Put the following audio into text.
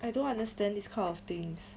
I don't understand this kind of things